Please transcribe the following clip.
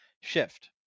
shift